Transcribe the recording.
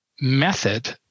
method